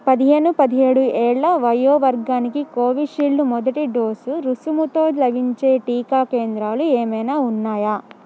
పదహేను పదహేడు ఏళ్ల వయో వర్గానికి కోవిషీల్డ్ మొదటి డోసు రుసుముతో లభించే టీకా కేంద్రాలు ఏమైనా ఉన్నాయా